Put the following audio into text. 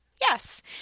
yes